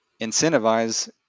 incentivize